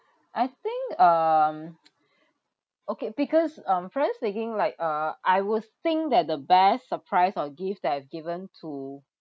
I think um okay because um frankly speaking like uh I was think that the best surprise or gift that I have given to